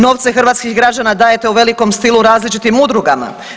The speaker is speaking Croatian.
Novce hrvatskih građana dajete u velikom stilu različitim udrugama.